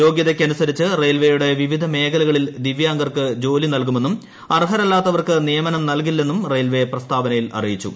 യോഗ്യതയ്ക്ക് അനുസരിച്ച് റെയിൽവേയുടെ വിവിധ മേഖലകളിൽ ദിവ്യാംഗർക്ക് ജോലി നൽകുമെന്നും അർഹരല്ലാത്തവർക്ക് നിയമനം നൽകില്ലെന്നും ക്റ്റയിൽവേ പ്രസ്താവനയിൽ അറിയിച്ചു